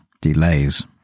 delays